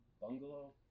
bungalow